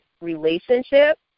relationship